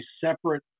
separate